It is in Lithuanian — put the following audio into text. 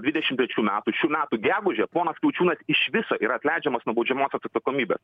dvidešim trečių metų šių metų gegužę ponas kriaučiūnas iš viso yra atleidžiamas nuo baudžiamosios atsakomybės